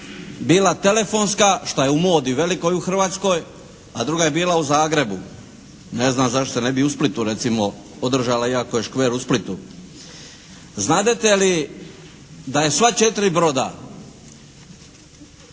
bila telefonska šta je u modi velikoj u Hrvatskoj, a druga je bila u Zagrebu. Ne znam zašto se ne bi u Splitu recimo održala iako je “škver“ u Splitu. Znadete li da je sva četiri broda